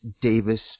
Davis